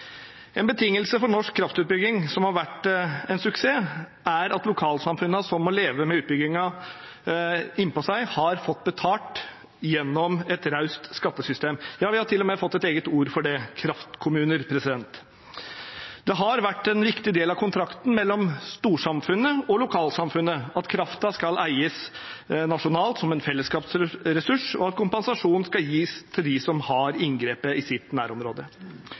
En betingelse for norsk kraftutbygging som har vært en suksess, er at lokalsamfunnene som må leve med utbyggingen innpå seg, har fått betalt gjennom et raust skattesystem. Ja, vi har til og med fått et eget ord for det – «kraftkommuner». Det har vært en viktig del av kontrakten mellom storsamfunnet og lokalsamfunnet at kraften skal eies nasjonalt, som en fellesskapsressurs, og at kompensasjon skal gis til dem som har inngrepet i sitt nærområde.